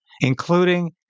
including